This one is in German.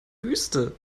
wüste